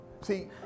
See